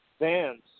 vans